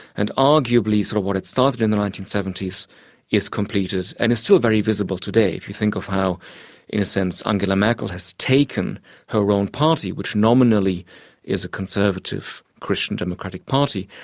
and arguably sort of what had started in the nineteen seventy s is completed and is still very visible today. if you think of how in a sense angela merkel has taken her own party, which nominally is a conservative christian democratic party,